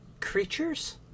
creatures